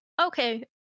Okay